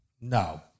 No